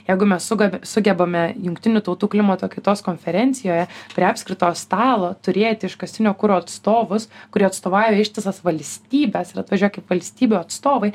jeigu mes sugebame sugebame jungtinių tautų klimato kaitos konferencijoje prie apskritojo stalo turėti iškastinio kuro atstovus kurie atstovauja ištisas valstybes ir atvažiuoja kaip valstybių atstovai